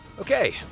Okay